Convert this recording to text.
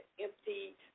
empty